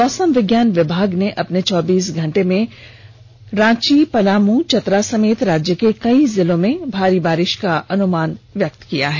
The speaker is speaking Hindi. मौसम विज्ञान विभाग ने अगर्ले चौबीस घंटे में रांची पलाम चतरा समेत राज्य के कई जिलों में भारी बारिश का अनुमान व्यक्त किया है